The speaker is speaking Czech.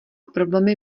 problémy